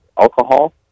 alcohol